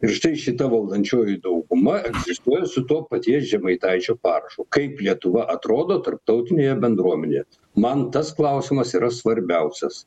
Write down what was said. ir štai šita valdančioji dauguma egzistuoja su to paties žemaitaičio parašu kaip lietuva atrodo tarptautinėje bendruomenėje man tas klausimas yra svarbiausias